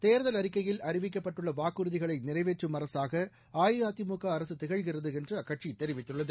தேர்தல் அறிக்கையில் அறிவிக்கப்பட்டுள்ளவாக்குறுதிகளைநிறைவேற்றும் அரசாகஅஇஅதிமுகஅரசுதிகழ்கிறதுஎன்றுஅக்கட்சிதெரிவித்துள்ளது